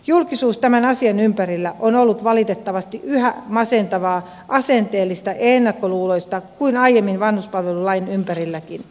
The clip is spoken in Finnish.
julkisuus tämän asian ympärillä on ollut valitettavasti yhä masentavaa asenteellista ennakkoluuloista kuten aiemmin vanhuspalvelulain ympärilläkin